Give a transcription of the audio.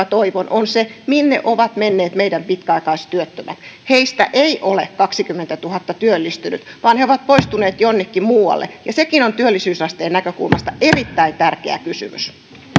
toivon on se minne ovat menneet meidän pitkäaikaistyöttömämme heistä ei ole kaksikymmentätuhatta työllistynyt vaan he ovat poistuneet jonnekin muualle sekin on työllisyysasteen näkökulmasta erittäin tärkeä kysymys